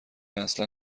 اصلا